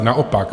Naopak.